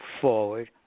forward